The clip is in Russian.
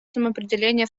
самоопределение